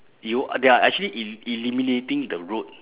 you they are actually el~ eliminating the road